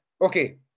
okay